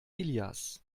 ilias